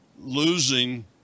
losing